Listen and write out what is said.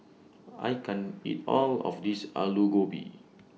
I can't eat All of This Alu Gobi